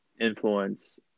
influence